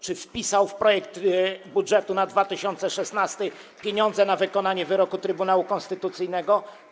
Czy wpisał w projekt budżetu na 2016 r. pieniądze na wykonanie wyroku Trybunału Konstytucyjnego?